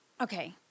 Okay